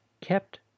kept